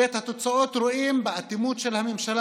ואת התוצאות רואים באטימות של הממשלה